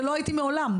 ולא הייתי מעולם,